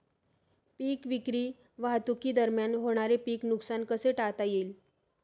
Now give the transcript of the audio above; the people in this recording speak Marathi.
पीक विक्री वाहतुकीदरम्यान होणारे पीक नुकसान कसे टाळता येईल?